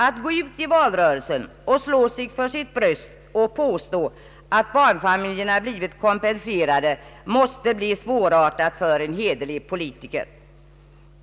Att gå ut i valrörelsen och slå sig för sitt bröst och påstå att barnfamiljerna har blivit kompenserade måste vara svårt för en hederlig politiker.